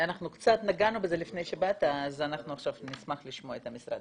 אנחנו קצת נגענו בזה לפני שבאת אז אנחנו עכשיו נשמע לשמוע את המשרד.